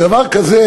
דבר כזה,